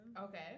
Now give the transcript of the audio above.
Okay